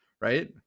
right